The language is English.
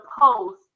post